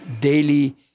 daily